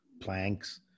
planks